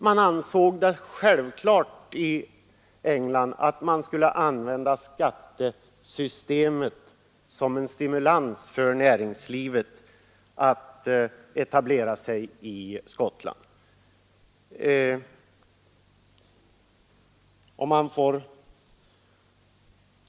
Man ansåg det självklart att använda skattesystemet som en stimulans för näringslivet att etablera sig i Skottland.